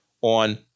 on